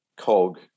Cog